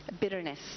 bitterness